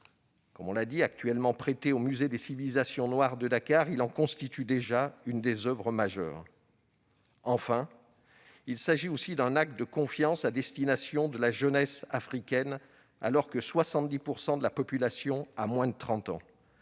au Sénégal. Actuellement prêté au musée des civilisations noires de Dakar, il en constitue déjà une des oeuvres majeures. Enfin, il s'agit d'un acte de confiance à destination de la jeunesse africaine, alors que 70 % de la population a moins de 30 ans.